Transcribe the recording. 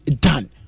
done